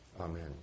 Amen